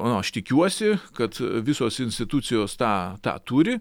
aš tikiuosi kad visos institucijos tą tą turi